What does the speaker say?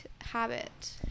habit